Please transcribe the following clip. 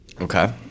Okay